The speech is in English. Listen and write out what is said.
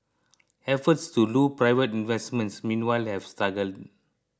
efforts to lure private investment meanwhile have struggled